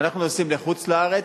כשאנחנו נוסעים לחוץ-לארץ,